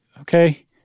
okay